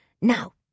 Now